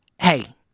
Hey